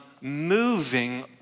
moving